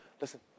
Listen